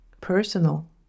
personal